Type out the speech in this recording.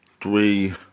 Three